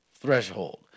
threshold